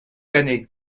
années